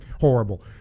horrible